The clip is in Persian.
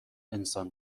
انسان